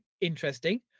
interesting